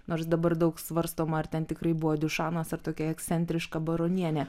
nors dabar daug svarstoma ar ten tikrai buvo diušanas ar tokia ekscentriška baronienė